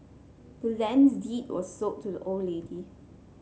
the land's deed was sold to the old lady